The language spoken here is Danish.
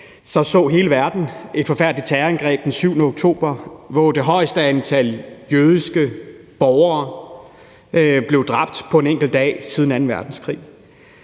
på, så hele verden et forfærdeligt terrorangreb den 7. oktober, hvor det højeste antal jødiske borgere siden anden verdenskrig